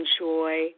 enjoy